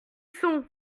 sont